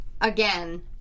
again